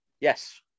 Yes